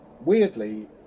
weirdly